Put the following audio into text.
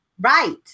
right